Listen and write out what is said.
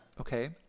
Okay